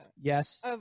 Yes